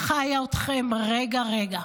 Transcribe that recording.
אני חיה אתכם רגע-רגע.